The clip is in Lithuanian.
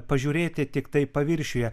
pažiūrėti tiktai paviršiuje